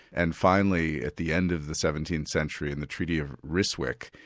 and finally at the end of the seventeenth century, in the treaty of ryswick,